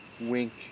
Wink